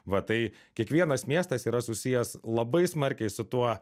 va tai kiekvienas miestas yra susijęs labai smarkiai su tuo